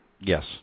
Yes